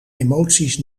emoties